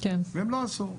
והם לא עשו.